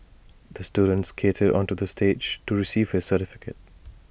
the student skated onto the stage to receive his certificate